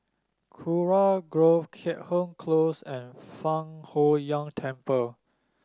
Kurau Grove Keat Hong Close and Fang Huo Yuan Temple